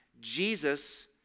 Jesus